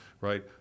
right